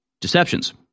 deceptions